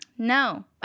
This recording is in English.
no